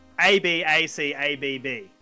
A-B-A-C-A-B-B